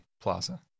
plaza